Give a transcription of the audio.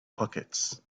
pockets